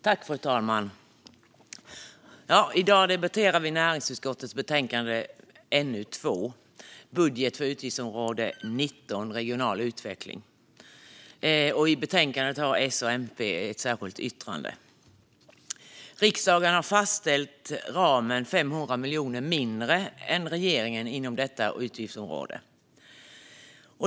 Fru talman! Nu debatterar vi näringsutskottets betänkande NU2 Utgiftsområde 19 Regional utveckling . I betänkandet har S och MP ett särskilt yttrande. Riksdagen har fastställt ramen med 500 miljoner mindre än regeringen inom detta utgiftsområde.